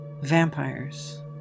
vampires